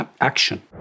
action